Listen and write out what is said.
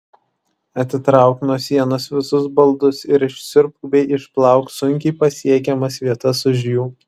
atitrauk nuo sienos visus baldus ir išsiurbk bei išplauk sunkiai pasiekiamas vietas už jų